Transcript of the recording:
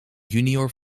junior